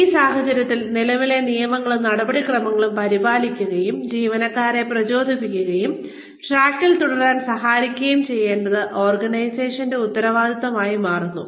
ഈ സാഹചര്യത്തിൽ നിലവിലെ നയങ്ങളും നടപടിക്രമങ്ങളും പരിപാലിക്കുകയും ജീവനക്കാരെ പ്രചോദിപ്പിക്കാനും ട്രാക്കിൽ തുടരാനും സഹായിക്കുകയും ചെയ്യേണ്ടത് ഓർഗനൈസേഷന്റെ ഉത്തരവാദിത്തമായി മാറുന്നു